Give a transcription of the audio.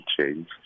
change